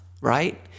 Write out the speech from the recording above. right